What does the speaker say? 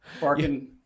Barking